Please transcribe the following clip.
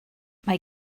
mae